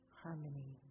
harmony